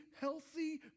healthy